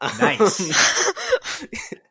Nice